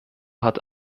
hat